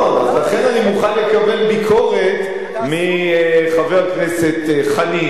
לכן אני מוכן לקבל ביקורת מחבר הכנסת חנין,